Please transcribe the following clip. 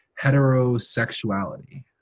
heterosexuality